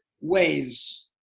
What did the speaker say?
ways